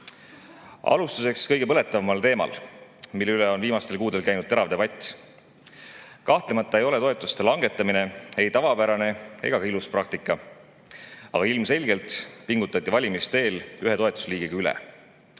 napp. Alustuseks kõige põletavamal teemal, mille üle on viimastel kuudel käinud terav debatt. Kahtlemata ei ole toetuste langetamine ei tavapärane ega ka ilus praktika, aga ilmselgelt pingutati valimiste eel ühe toetusliigiga üle.